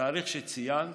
התאריך שציינת,